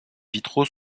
vitraux